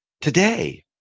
today